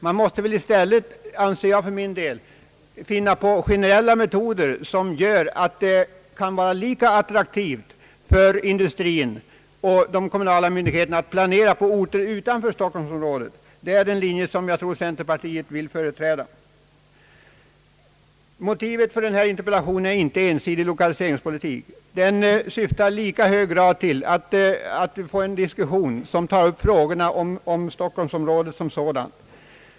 Man måste i stället, anser jag, finna generella metoder som gör att det kan vara lika attraktivt för industrin och de kommunala myndigheterna att planera på orter utanför stockholmsområdet. Det är den linje som jag tror centerpartiet vill företräda. Motivet för min interpellation är inte ensidigt lokaliseringspolitiskt. Den syftar i lika hög grad till att få en diskussion om stockholmsområdet som sådant.